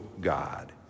god